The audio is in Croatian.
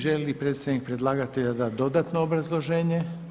Želi li predstavnik predlagatelja dati dodatno obrazloženje?